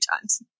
times